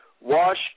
wash